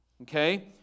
okay